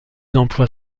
d’emploi